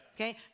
okay